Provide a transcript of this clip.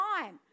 time